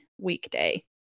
weekday